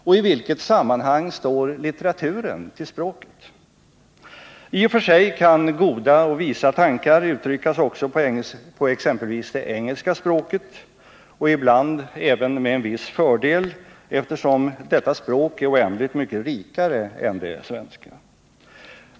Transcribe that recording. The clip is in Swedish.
Och i vilket förhållande står litteraturen till språket? I och för sig kan goda och visa tankar uttryckas också på exempelvis det engelska språket, ibland även med en viss fördel, eftersom detta språk är oändligt mycket rikare än det svenska.